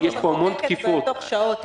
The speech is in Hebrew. יש פה המון תקיפות --- הכנסת תחוקק את זה תוך שעות.